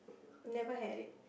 never had it